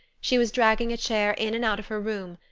she was dragging a chair in and out of her room,